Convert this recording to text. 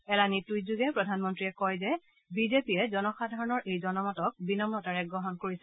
এলানি টুইটযোগে প্ৰধানমন্ত্ৰীয়ে কয় যে বিজেপিয়ে জনসাধাৰণৰ এই জনমতক বিনন্ততাৰে গ্ৰহণ কৰিছে